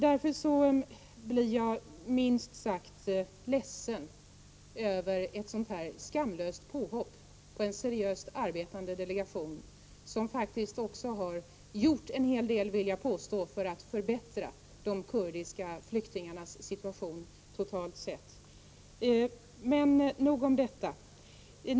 Jag blev därför minst sagt ledsen över ett sådant skamlöst påhopp på en seriöst arbetande delegation som faktiskt också, vill jag påstå, har gjort en hel del för att förbättra de kurdiska flyktingarnas situation totalt sett. Men nog om detta.